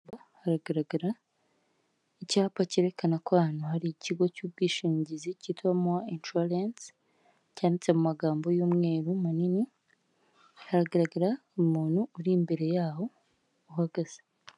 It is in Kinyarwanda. Haragaragara icyapa cyerekana ko ahantu hari ikigo cy'ubwishingizi kitwa Muwa Inshuwarensi cyanditse mu magambo y'umweru manini hagaraga umuntu uri imbere yaho uhagaze.